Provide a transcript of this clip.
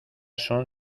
son